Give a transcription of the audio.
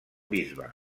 bisbe